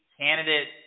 candidate